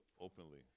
openly